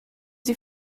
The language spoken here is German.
sie